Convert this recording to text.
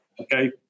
Okay